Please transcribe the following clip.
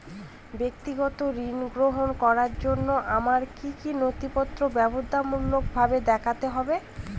ব্যক্তিগত ঋণ গ্রহণ করার জন্য আমায় কি কী নথিপত্র বাধ্যতামূলকভাবে দেখাতে হবে?